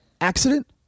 accident